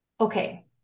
Okay